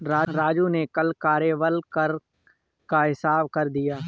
राजू ने कल कार्यबल कर का हिसाब दिया है